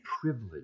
privilege